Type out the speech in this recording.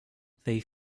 they